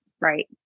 Right